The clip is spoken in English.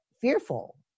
fearful